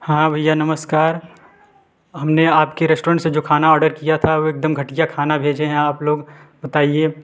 हाँ भैया नमस्कार हमने आपके रेस्टोरेंट से जो खाना ऑर्डर किया था वह एकदम घटिया खाना भेजें हैं आप लोग बताइए